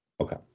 Okay